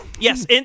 Yes